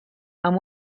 amb